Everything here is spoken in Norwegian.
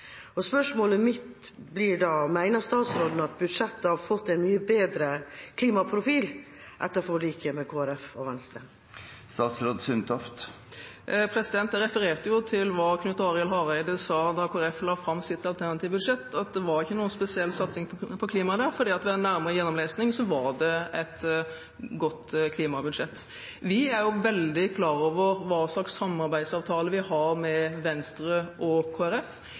Spørsmålet mitt blir da: Mener statsråden at budsjettet har fått en mye bedre klimaprofil etter forliket med Kristelig Folkeparti og Venstre? Jeg refererte jo til hva Knut Arild Hareide sa da Kristelig Folkeparti la fram sitt alternative budsjett, at det ikke var noen spesiell satsing på klima der fordi det ved en nærmere gjennomlesing var et godt klimabudsjett. Vi er jo veldig klar over hva slags samarbeidsavtale vi har med Venstre og